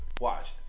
Watch